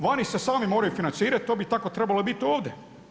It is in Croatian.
Vani se sami moraju financirati, to bi tako trebalo biti ovdje.